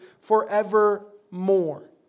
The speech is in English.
forevermore